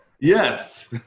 yes